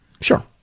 sure